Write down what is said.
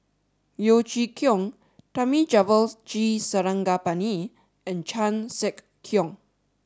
Yeo Chee Kiong Thamizhavel G Sarangapani and Chan Sek Keong